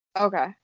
Okay